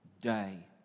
day